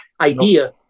idea